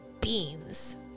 beans